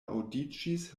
aŭdiĝis